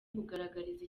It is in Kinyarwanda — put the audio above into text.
kugaragaza